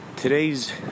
Today's